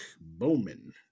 Bowman